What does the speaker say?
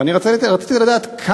ואני רציתי לדעת,